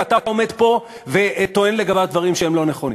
ואתה עומד פה וטוען לגביו דברים שאינם נכונים.